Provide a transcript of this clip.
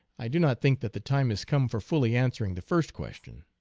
i do not think that the time has come for fully answering the first question.